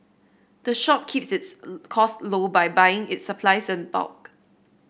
the shop keeps its cost low by buying its supplies in bulk